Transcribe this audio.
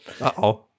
Uh-oh